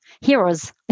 heroes